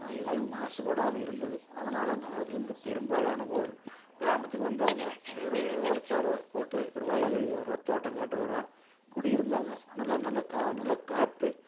எதுவும் மாசுபடாமல் இருந்தது அதனால் நகரத்திலேருந்து பெரும்பாலானவோர் கிராமத்துக்கு வந்தாங்க ஒரு ஓலச்சாலை போட்டு ஒரு வயல்வெளி ஓரம் தோட்டங்காட்டு ஓரம் குடியிருந்தாங்க நல்லா நல்லா கா நல்லா காற்று